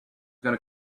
going